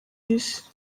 isi